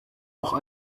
auch